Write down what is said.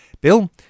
Bill